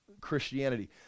Christianity